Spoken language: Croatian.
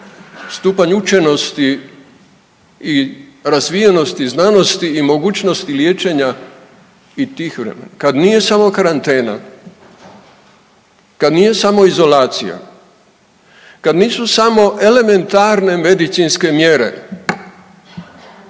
stupanj učenosti i razvijenosti i znanosti i mogućnosti liječenja i tih vremena, kad nije samo karantena, kad nije samo izolacija, kad nisu samo elementarne medicinske mjere,